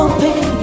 Open